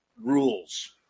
rules